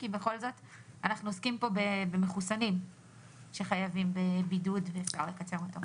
כי בכל זאת אנחנו עוסקים פה במחוסנים שחייבים בבידוד ואפשר לקצר אותו.